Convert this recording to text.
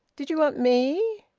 did you want me?